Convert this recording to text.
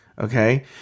Okay